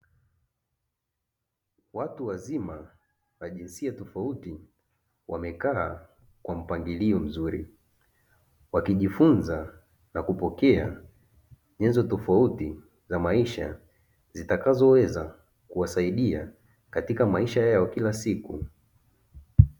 Watu wazima wa jinsia tofauti, wamekaa kwa mpangilio mzuri, wakijifunza na kupokea nyenzo tofauti za maisha, zitakazoweza kuwasaidia katika maisha yao ya kila siku.